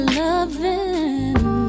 loving